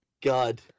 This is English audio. God